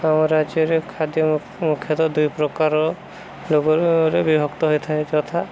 ଆମ ରାଜ୍ୟରେ ଖାଦ୍ୟ ମୁଖ୍ୟତଃ ଦୁଇ ପ୍ରକାର ରେ ବିଭକ୍ତ ହୋଇଥାଏ ଯଥା